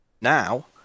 Now